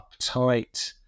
uptight